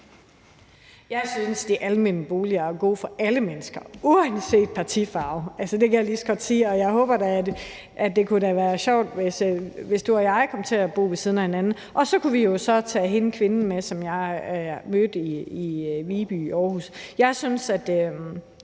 Jeg synes, de almene boliger er gode for alle mennesker uanset partifarve, det kan jeg lige så godt sige. Og det kunne da være sjovt, hvis du og jeg kom til at bo ved siden af hinanden. Og så kunne vi jo tage den kvinde med, som jeg mødte i Viby i Aarhus. Jeg synes, at